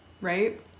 right